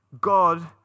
God